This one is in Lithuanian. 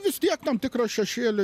vis tiek tam tikrą šešėlį